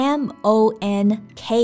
monk